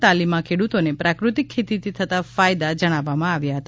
તાલીમમાં ખેડૂતોને પ્રાકૃતિક ખેતીથી થતાં ફાયદા જણાવવામાં આવ્યા હતા